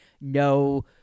no